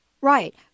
Right